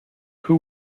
who